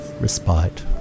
respite